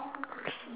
okay